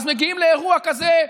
ואז מגיעים לאירוע כזה,